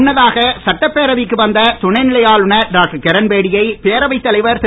முன்னதாக சட்டப்பேரவைக்கு வந்த துணைநிலை ஆளுநர் டாக்டர் கிரண்பேடியை பேரவைத் தலைவர் திரு